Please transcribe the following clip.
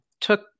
took